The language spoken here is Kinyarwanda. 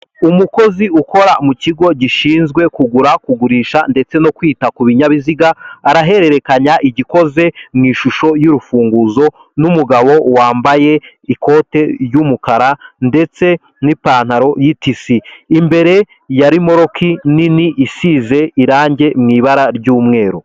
Umukozi ukora mu kigo gishinzwe kugura, kugurisha ndetse no kwita ku binyabiziga, arahererekanya igikoze mu ishusho y'urufunguzo n'umugabo wambaye ikote ry'umukara ndetse n'ipantaro y'itisi, imbere ya rimoroki nini isize irangi mu ibara ry'umweru.